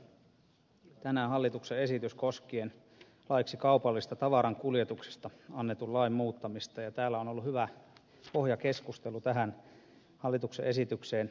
täällä on käsittelyssä tänään hallituksen esitys laiksi kaupallisista tavarankuljetuksista annetun lain muuttamisesta ja täällä on ollut hyvä pohjakeskustelu tähän hallituksen esitykseen liittyen